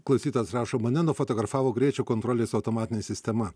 klausytojas rašo mane nufotografavo greičio kontrolės automatinė sistema